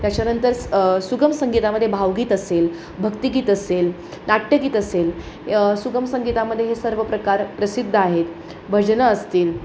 त्याच्यानंतर सुगम संगीतामध्ये भावगीत असेल भक्तिगीत असेल नाट्यगीत असेल सुगम संगीतामध्ये हे सर्व प्रकार प्रसिद्ध आहेत भजनं असतील